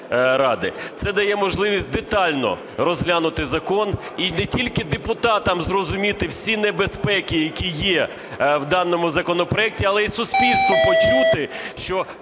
Це дає можливість детально розглянути закон і не тільки депутатам зрозуміти всі небезпеки, які є в даному законопроекті, але і суспільству почути, що